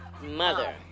mother